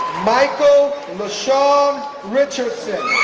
michael lashawn richardson,